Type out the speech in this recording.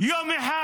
יום אחד.